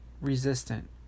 resistant